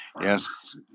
Yes